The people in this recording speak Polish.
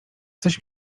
coś